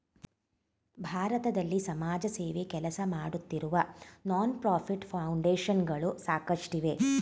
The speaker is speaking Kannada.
ಭಾರತದಲ್ಲಿ ಸಮಾಜಸೇವೆ ಕೆಲಸಮಾಡುತ್ತಿರುವ ನಾನ್ ಪ್ರಫಿಟ್ ಫೌಂಡೇಶನ್ ಗಳು ಸಾಕಷ್ಟಿವೆ